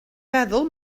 feddwl